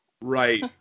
Right